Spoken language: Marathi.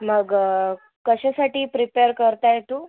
मग कशासाठी प्रिपेअर करताय तू